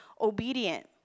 obedient